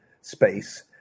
space